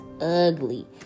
ugly